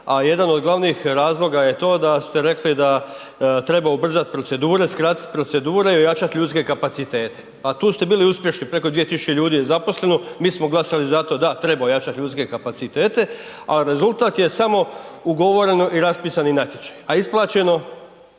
a jedan od glavnih razloga je to da ste rekli da treba ubrzat procedure, skratit procedure i ojačat ljudske kapacitete a tu ste bili uspješni, preko 2000 ljudi je zaposleno, mi smo glasali za to da treba ojačati ljudske kapacitete a rezultat je samo ugovoreni i raspisani natječaji a isplaćeno